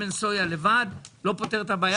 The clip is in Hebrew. שמן סויה לבד לא פותר את הבעיה.